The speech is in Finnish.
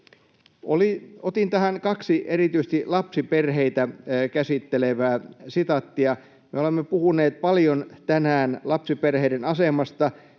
Otin tähän kaksi erityisesti lapsiperheitä käsittelevää sitaattia. Me olemme puhuneet paljon tänään lapsiperheiden asemasta,